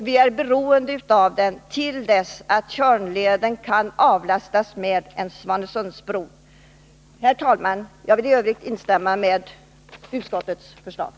Vi är beroende av denna bro tills Tjörnleden kan avlastas med hjälp av en Svanesundsbro. Herr talman! Jag vill yrka bifall till utskottets hemställan.